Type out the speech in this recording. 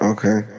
Okay